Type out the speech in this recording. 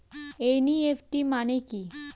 NEFT মানে কি?